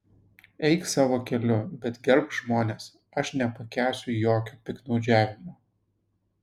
eik savo keliu bet gerbk žmones aš nepakęsiu jokio piktnaudžiavimo